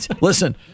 Listen